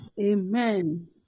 Amen